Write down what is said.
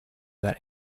that